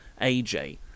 aj